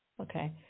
Okay